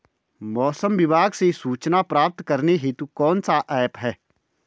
मौसम विभाग से सूचना प्राप्त करने हेतु कौन सा ऐप है?